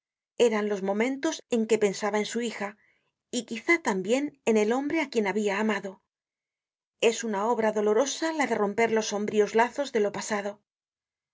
eran los momentos en que pensaba en su hija y quizá tambien en el hombre á quien habia amado es una obra dolorosa la de romper los sombríos lazos de lo pasado